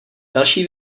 další